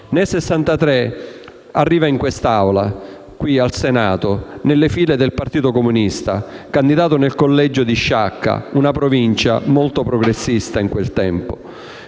Nel 1963 arriva in questa Aula del Senato nelle file del Partito Comunista, candidato nel collegio di Sciacca, una provincia molto progressista in quel tempo.